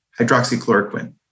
hydroxychloroquine